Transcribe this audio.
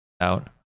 out